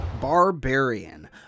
Barbarian